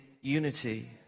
unity